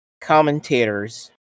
commentators